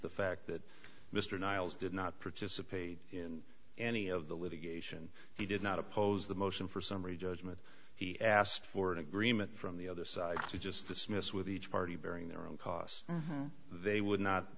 the fact that mr niles did not participate in any of the litigation he did not oppose the motion for summary judgment he asked for an agreement from the other side to just dismiss with each party bearing their own costs they would not